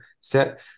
set